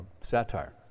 satire